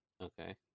Okay